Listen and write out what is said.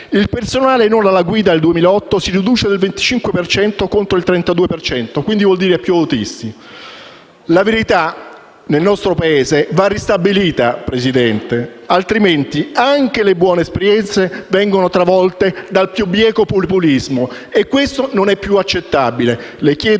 il personale non alla guida nel 2008 si riduce al 25 per cento contro il 32 per cento del 2000 (il che vuol dire più autisti). La verità nel nostro Paese va ristabilita, Presidente, altrimenti anche le buone esperienze vengono travolte dal più bieco populismo, e questo non è più accettabile. Le chiedo